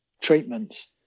treatments